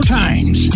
times